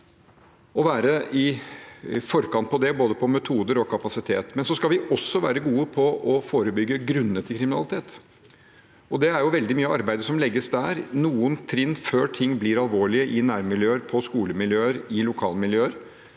vi skal være i forkant når det gjelder både metoder og kapasitet. Vi skal også være gode på å forebygge grunnene til kriminalitet. Det er veldig mye arbeid som legges inn der, noen trinn før ting blir alvorlige i nærmiljøer, på skolemiljøer, i lokalmiljøer,